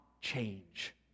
change